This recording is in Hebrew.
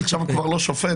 עכשיו הוא כבר לא שופט,